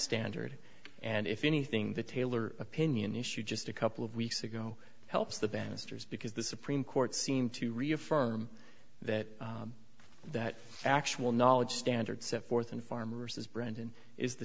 standard and if anything the tailor opinion issued just a couple of weeks ago helps the bannisters because the supreme court seemed to reaffirm that that actual knowledge standard set forth in farmers is brandon is the